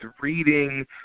reading